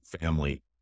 family